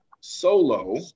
solo